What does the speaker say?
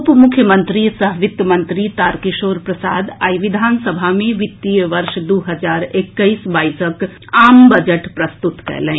उप मुख्यमंत्री सह वित्त मंत्री तारकिशोर प्रसाद आइ विधानसभा मे वित्तीय वर्ष दू हजार एक्कैस बाईसक आम बजट प्रस्तुत कएलनि